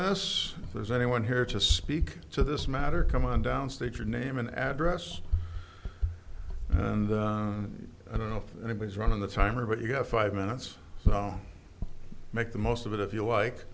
us there's anyone here to speak to this matter come on down state your name and address and i don't know if anybody's running the timer but you have five minutes so i'll make the most of it if you like